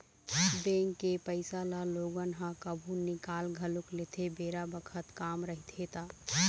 bank के पइसा ल लोगन ह कभु निकाल घलोक लेथे बेरा बखत काम रहिथे ता